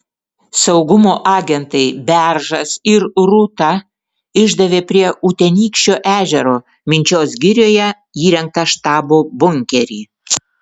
saugumo agentai beržas ir rūta išdavė prie utenykščio ežero minčios girioje įrengtą štabo bunkerį